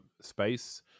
space